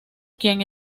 quien